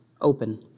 open